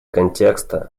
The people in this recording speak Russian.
контекста